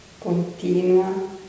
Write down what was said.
continua